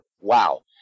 wow